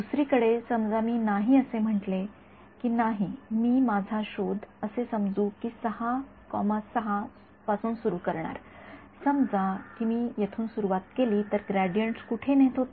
दुसरीकडे समजा मी नाही असे म्हटले की नाही मी माझा शोध असे समजू की ६६ सुरु करणार समजा की मी येथून सुरुवात केली आहे तर ग्रेडियंट्स कुठे नेत होते